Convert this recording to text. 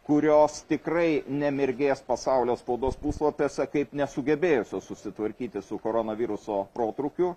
kurios tikrai nemirgės pasaulio spaudos puslapiuose kaip nesugebėjusios susitvarkyti su koronaviruso protrūkiu